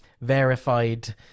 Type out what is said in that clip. verified